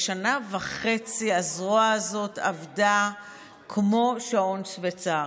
שנה וחצי הזרוע הזאת עבדה כמו שעון שוויצרי.